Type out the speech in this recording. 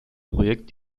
projekt